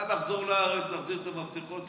נא לחזור לארץ להחזיר את המפתחות.